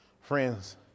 friends